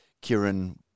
Kieran